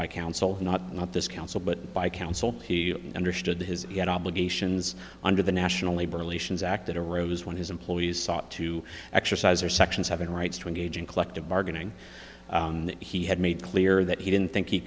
by counsel not not this council but by council he understood his yet obligations under the national labor relations act that arose when his employees sought to exercise or sections having rights to engage in collective bargaining he had made clear that he didn't think he